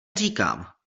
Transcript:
říkám